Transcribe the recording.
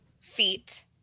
Feet